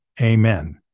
Amen